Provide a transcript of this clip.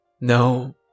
No